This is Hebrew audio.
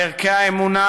על ערכי האמונה,